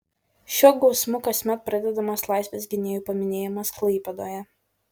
šiuo gausmu kasmet pradedamas laisvės gynėjų paminėjimas klaipėdoje